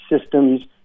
systems